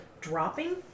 dropping